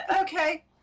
Okay